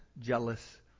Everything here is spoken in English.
jealous